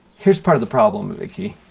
here's part of the problem vicki.